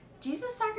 Jesus